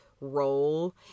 role